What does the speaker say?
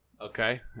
Okay